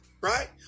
Right